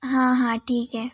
हां हां ठीक आहे